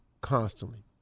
constantly